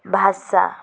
ଭାଷା